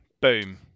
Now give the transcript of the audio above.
Boom